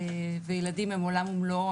ילדים הם עולם ומלואו,